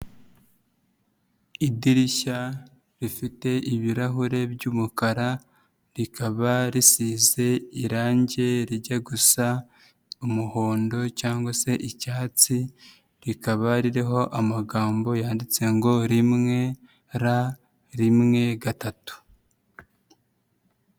Idirishya rifite ibirahure by'umukara, rikaba risize irangi rijya gusa umuhondo cyangwa se icyatsi, rikaba ririho amagambo yanditse ngo rimwe R, rimwe gatatu.